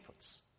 inputs